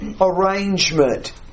arrangement